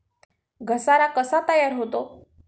घसारा कसा तयार होतो?